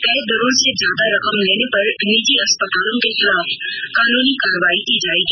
तय दरों से ज्यादा रकम लेने पर निजी अस्पतालों के खिलाफ कानूनी कार्रवाई की जाएगी